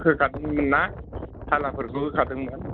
होखादोंमोनना थाला फोरखौ होखादोंमोन